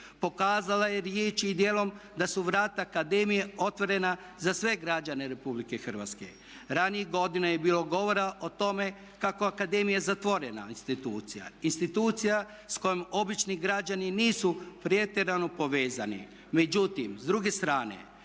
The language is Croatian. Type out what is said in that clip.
Pokazala je riječi i dijelom da su vrata akademije otvorena za sve građane Republike Hrvatske. Ranijih godina je bilo govora o tome kako je akademija zatvorena institucija, institucija s kojom obični građani nisu pretjerano povezani. Međutim, s druge strane